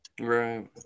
Right